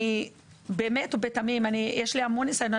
באמת ובתמים יש לי המון ניסיון,